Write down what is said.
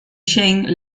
shane